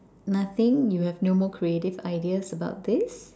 nothing you have no more creative ideas about this